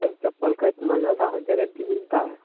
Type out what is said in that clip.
sir चप्पल का इतना ज़्यादा गैरेंटी मिलता है